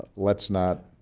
let's not